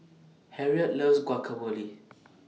Harriet loves Guacamole